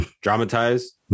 dramatized